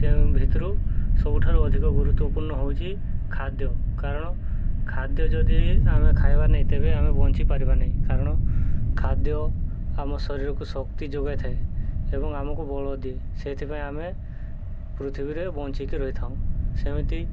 ସେ ଭିତରୁ ସବୁଠାରୁ ଅଧିକ ଗୁରୁତ୍ୱପୂର୍ଣ୍ଣ ହେଉଛି ଖାଦ୍ୟ କାରଣ ଖାଦ୍ୟ ଯଦି ଆମେ ଖାଇବା ନାଇଁ ତେବେ ଆମେ ବଞ୍ଚି ପାରିବା ନାହିଁ କାରଣ ଖାଦ୍ୟ ଆମ ଶରୀରକୁ ଶକ୍ତି ଯୋଗାଇଥାଏ ଏବଂ ଆମକୁ ବଳ ଦିଏ ସେଇଥିପାଇଁ ଆମେ ପୃଥିବୀରେ ବଞ୍ଚିକି ରହିଥାଉ ସେମିତି